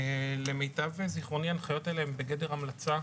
למיטב זיכרוני ההנחיות האלה הן בגדר המלצה,